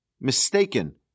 mistaken